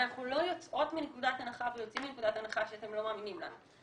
אנחנו לא יוצאות מנקודת הנחה ויוצאים מנקודת הנחה שאתם לא מאמינים לנו.